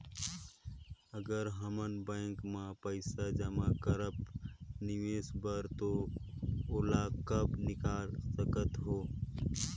अगर हमन बैंक म पइसा जमा करब निवेश बर तो ओला कब निकाल सकत हो?